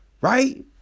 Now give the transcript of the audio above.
Right